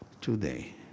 today